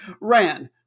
Ran